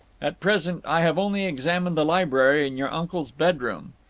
at present i have only examined the library and your uncle's bedroom.